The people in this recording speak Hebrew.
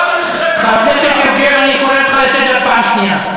חבר הכנסת יוגב, אני קורא אותך לסדר פעם שנייה.